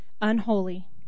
unholy